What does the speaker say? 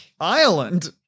Ireland